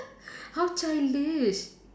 how childish